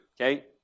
okay